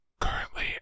currently